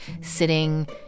sitting